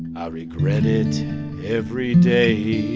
i regret it every day.